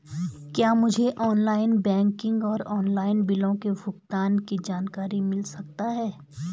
क्या मुझे online banking और ऑनलाइन बिलों के भुगतान की जानकारी मिल सकता है?